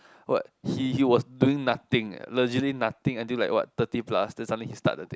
what he he was doing nothing eh legitly nothing until like what thirty plus then he suddenly start the thing